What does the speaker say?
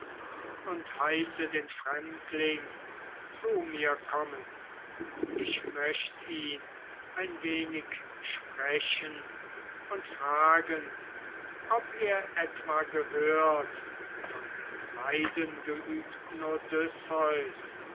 und heiße den fremdling zu mir kommen ich möcht ihn ein wenig sprechen und fragen ob er etwa gehört von dem leidengeübten